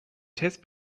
test